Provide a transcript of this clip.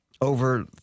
over